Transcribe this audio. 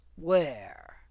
where